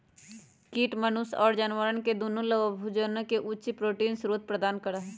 कीट मनुष्य और जानवरवन के दुन्नो लाभोजन के उच्च प्रोटीन स्रोत प्रदान करा हई